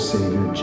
Savior